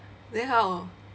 then how